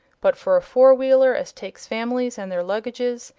but for a four-wheeler as takes families and their luggages,